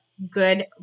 good